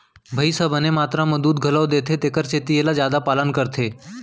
भईंस ह बने मातरा म दूद घलौ देथे तेकर सेती एला जादा पालन करथे